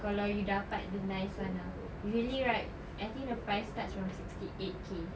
kalau you dapat the nice one ah usually right I think the price starts from sixty eight K